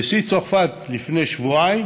נשיא צרפת לפני שבועיים